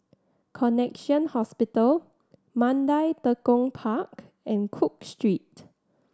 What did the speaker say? Connexion Hospital Mandai Tekong Park and Cook Street